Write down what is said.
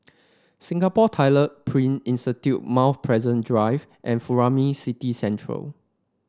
Singapore Tyler Print Institute Mount Pleasant Drive and Furama City